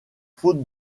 faute